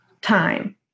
time